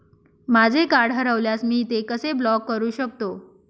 माझे कार्ड हरवल्यास मी ते कसे ब्लॉक करु शकतो?